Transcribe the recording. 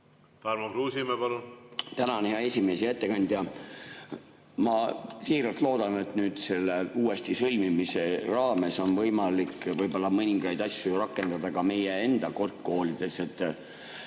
Tänan, hea esimees! Hea ettekandja! Ma siiralt loodan, et selle uuesti sõlmimise raames on võimalik võib-olla mõningaid asju rakendada ka meie enda kõrgkoolides.